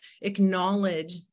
acknowledge